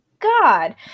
God